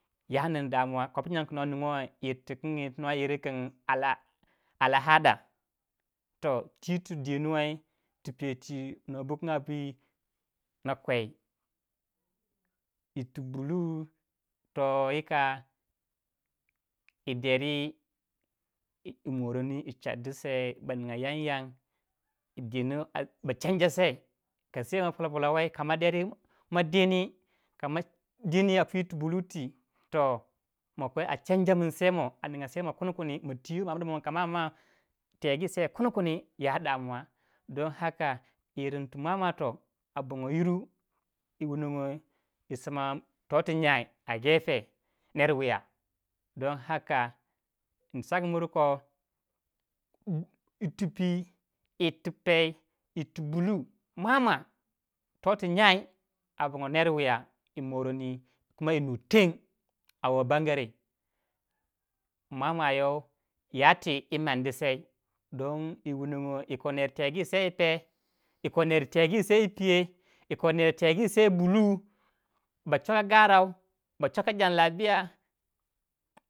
Yanin damuwa kopu nyang kuno ningo yirtikingi tu nwo yir king toh ti tu dinuwai ti pay twi no bukunywa bi na kwei. Yir tu bulu to yika yi deri yi moroni yi chardi sei baninya yan yan. ba dina ba chanja sai polo pola wai kama deri ma dini a pui ti buli toh makwei a sai mah a ninga kun kundi. ma twi wai ma amno bonyo kama ma kegi sei kun kundi ya yirin tu mua mua toh a bongo yiru yi wunongo yi so ma to- tu nyai a gefe ner- wuya. bulu in sag buru koh. Yir tu peet tu pey tu mwa mwa to tu nyai a bongo ner wuya yi moroni ba yi nu teng mwa mwa you ya ti yi mandi sai don yi wunan go yi ko ner teyi sei wu pey, yi ko ner teyi sei wu peiye, yi ko ner te yi sei bulu ba chwaka garau, ba chwaka jillabiya.